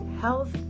health